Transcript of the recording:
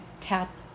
tap